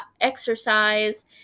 exercise